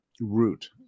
root